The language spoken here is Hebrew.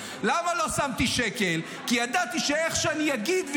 הממשלה, מילא הם יגידו,